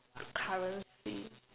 currency